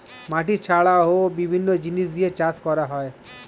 মাটি ছাড়াও বিভিন্ন জিনিস দিয়ে চাষ করা হয়